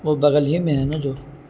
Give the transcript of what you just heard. وہ بغل ہی میں ہے نا جو